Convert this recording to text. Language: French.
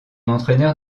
entraîneur